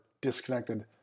disconnected